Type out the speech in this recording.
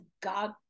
God